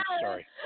Sorry